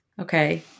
Okay